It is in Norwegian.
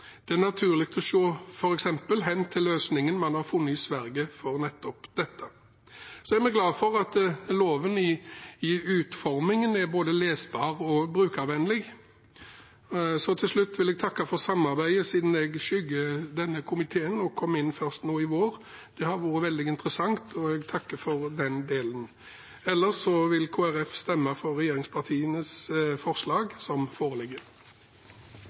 for nettopp dette. Og vi er glad for at loven i sin utforming er både lesbar og brukervennlig. Til slutt vil jeg takke for samarbeidet siden jeg skygger denne komiteen og kom inn nå først i vår. Det har vært veldig interessant, og jeg takker for den delen. Ellers vil Kristelig Folkeparti stemme for regjeringspartienes foreliggende forslag. Arveloven har den fundamentale mekanismen at den faktisk regulerer forholdet mellom oss som